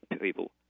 people